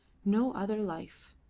no other life.